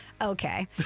okay